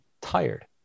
tired